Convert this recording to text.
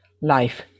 Life